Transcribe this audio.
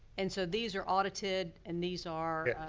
and so, these are audited. and these are.